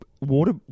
water